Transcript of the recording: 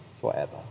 forever